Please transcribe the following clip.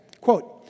Quote